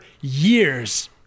years